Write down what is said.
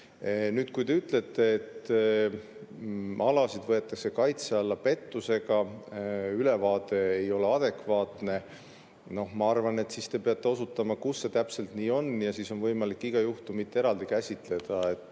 Nüüd, te ütlete, et alasid võetakse kaitse alla pettusega, ülevaade ei ole adekvaatne. Ma arvan, et te peate osutama, kus see täpselt nii on, ja siis on võimalik iga juhtumit eraldi käsitleda. See